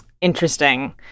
interesting